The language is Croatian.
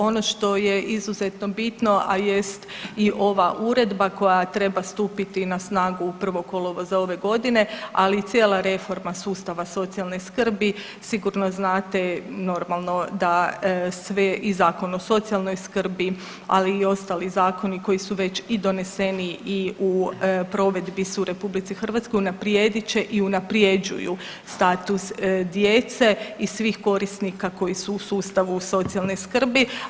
Ono što je izuzetno bitno, a jest i ova uredba koja treba stupiti na snagu 1. kolovoza ove godine, ali i cijela reforma sustava socijalne skrbi sigurno znate normalno da sve i Zakon o socijalnoj skrbi, ali i ostali zakoni koji su već i doneseni i u provedbi su u RH unaprijedit će i unaprjeđuju status djece i svih korisnika koji su u sustavu socijalne skrbi.